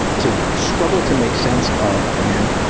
to struggle to make sense of, and,